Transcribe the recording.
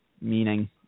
meaning